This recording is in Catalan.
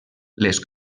les